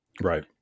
Right